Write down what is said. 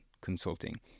consulting